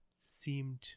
seemed